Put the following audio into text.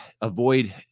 avoid